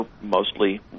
mostly